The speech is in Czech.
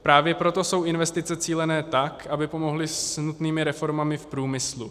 Právě proto jsou investice cílené tak, aby pomohly s nutnými reformami v průmyslu.